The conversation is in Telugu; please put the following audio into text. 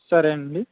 సరే అండి